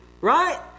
right